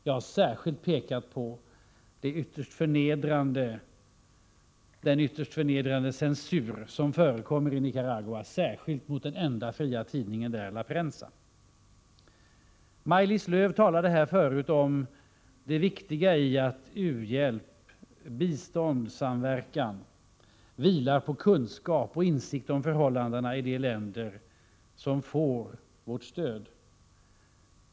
Jag har särskilt pekat på den ytterst förnedrande censur som förekommer i Nicaragua, särskilt mot den enda fria tidningen där, La Prensa. Maj-Lis Lööw talade tidigare om det viktiga i att u-hjälp, biståndssamverkan, vilar på kunskap och insikt om förhållandena i de länder som får vårt stöd.